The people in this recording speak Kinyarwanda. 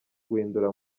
guhindura